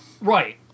Right